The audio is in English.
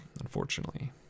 unfortunately